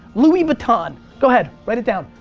louis vuitton, go ahead, write it down,